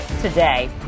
today